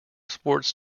sports